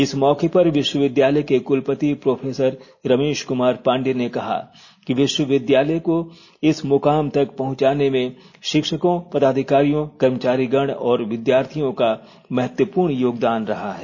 इस मौके पर विश्वविद्यालय के कुलपति प्रोफेसर रमेश कुमार पाण्डेय ने कहा कि विश्वविद्यालय को इस मुकाम तक पहंचाने में शिक्षकों पदाधिकारियों कर्मचारीगण और विद्यार्थियों का महत्वपूर्ण योगदान रहा है